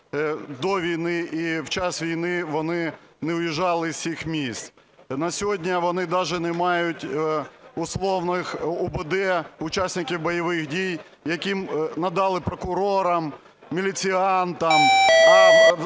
до війни, і в час війни вони не уїжджали з цих місць. На сьогодні вони даже не мають условних УБД – учасники бойових дій, які надали прокурорам, міліціантам.